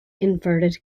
inverted